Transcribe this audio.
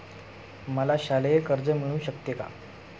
मला शालेय कर्ज मिळू शकते का?